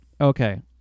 Okay